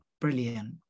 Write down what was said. brilliant